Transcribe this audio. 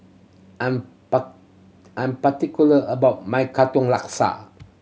I'm I'm particular about my Katong Laksa